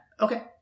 Okay